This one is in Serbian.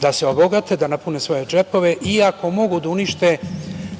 da se obogate, da napune džepove i ako mogu da unište